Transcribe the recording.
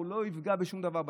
הוא לא יפגע בשום דבר בתהליך.